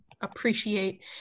appreciate